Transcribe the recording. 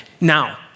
Now